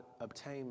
obtain